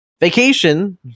vacation